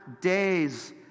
days